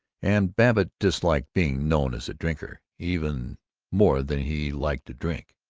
and babbitt disliked being known as a drinker even more than he liked a drink.